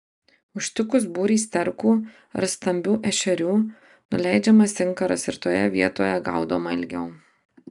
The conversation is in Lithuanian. užtikus būrį sterkų ar stambių ešerių nuleidžiamas inkaras ir toje vietoje gaudoma ilgiau